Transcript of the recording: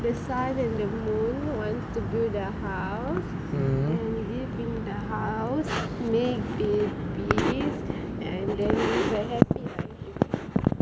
the sun and the moon want to build the house and live in the house made in peace and they will be happy